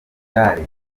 yavuze